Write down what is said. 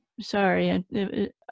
Sorry